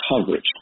coverage